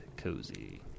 cozy